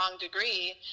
degree